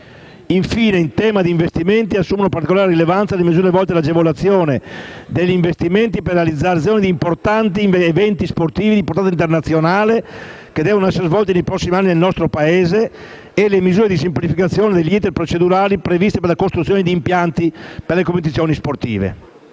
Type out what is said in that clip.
Infine, in tema di investimenti, assumono particolare rilevanza le misure volte all'agevolazione degli investimenti per la realizzazione di importanti eventi sportivi di portata internazionale che devono essere svolti nei prossimi anni nel nostro Paese, nonché le misure di semplificazione degli *iter* procedurali previsti per la costruzione di impianti per le competizioni sportive.